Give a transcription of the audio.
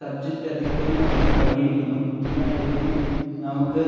subject അതിൽ തന്നെ നമുക്ക് അടങ്ങിയിരിക്കുന്നു അങ്ങനെ ആയതിന് നമുക്ക്